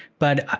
but,